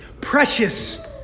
precious